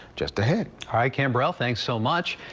just ahead. hi campbell, thanks so much,